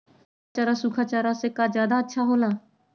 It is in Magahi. हरा चारा सूखा चारा से का ज्यादा अच्छा हो ला?